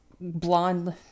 blonde